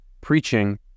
preaching